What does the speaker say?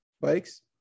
bikes